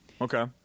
okay